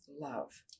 love